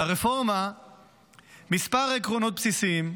לרפורמה כמה עקרונות בסיסיים: